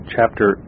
Chapter